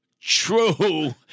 True